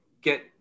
get